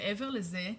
מעבר לזה,